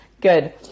Good